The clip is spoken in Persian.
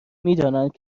میدانند